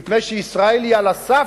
מפני שישראל היא על הסף